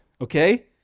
okay